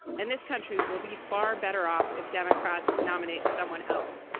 and this country will be far better off if democrats nominate someone else.